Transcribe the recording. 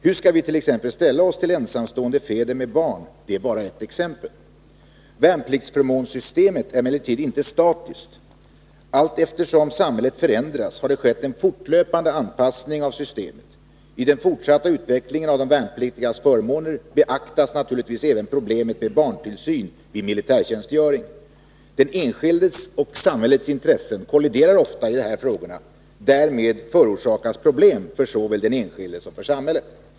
Hur skall vi t.ex. ställa oss till ensamstående fäder med barn? Det är bara ett exempel. Värnpliktsförmånssystemet är emellertid inte statiskt. Allteftersom samhället förändras har det skett en fortlöpande anpassning av systemet. I den fortsatta utvecklingen av de värnpliktigas förmåner beaktas naturligtvis även problemet med barntillsyn vid militärtjänstgöring. Den enskildes och samhällets intressen kolliderar ofta i dessa frågor. Därmed förorsakas - problem för såväl den enskilde som samhället.